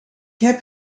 heb